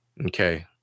okay